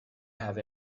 have